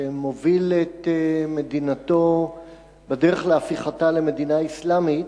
שמוביל את מדינתו בדרך להפיכתה למדינה אסלאמית,